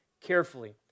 carefully